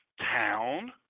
town